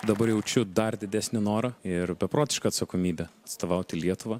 dabar jaučiu dar didesnį norą ir beprotišką atsakomybę atstovauti lietuvą